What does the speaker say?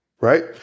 right